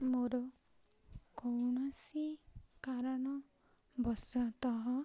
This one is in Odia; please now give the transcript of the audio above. ମୋର କୌଣସି କାରଣ ବଶତଃ